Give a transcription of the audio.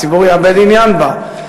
הציבור יאבד עניין בה.